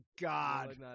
God